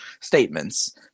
statements